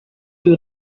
you